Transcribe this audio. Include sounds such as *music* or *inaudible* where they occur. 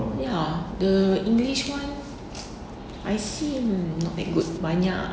ya the english one *noise* I see not that good banyak